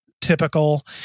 typical